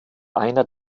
einer